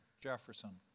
Jefferson